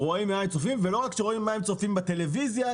לא שרואים במה הם צופים בטלוויזיה,